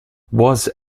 was